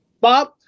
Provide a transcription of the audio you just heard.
Bob